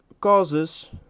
causes